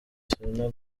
serena